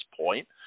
point